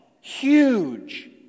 huge